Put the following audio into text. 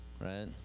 right